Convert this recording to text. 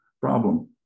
problem